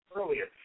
earlier